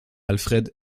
alfred